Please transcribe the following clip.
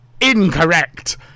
Incorrect